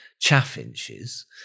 chaffinches